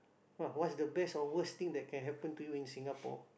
!wah! what's the best or worst thing that can happen to you in Singapore